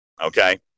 Okay